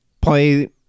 play